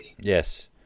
Yes